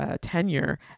tenure